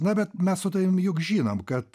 na bet mes su tavim juk žinom kad